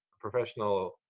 professional